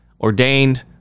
ordained